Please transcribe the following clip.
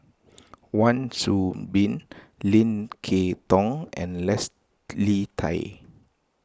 Wan Soon Bee Lim Kay Tong and Leslie Tay